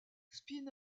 spin